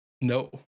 No